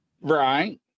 Right